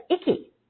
icky